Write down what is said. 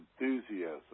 enthusiasm